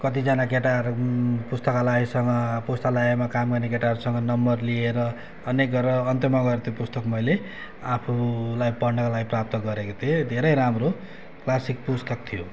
कतिजना केटाहरू पुस्तकालयसँग पुस्तालयमा काम गर्ने केटाहरूसँग नम्बर लिएर अनेक गरेर अन्तमा गएर त्यो पुस्तक मैले आफूलाई पढ्नको लागि प्राप्त गरेको थिएँ धेरै राम्रो क्लासिक पुस्तक थियो